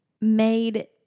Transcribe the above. made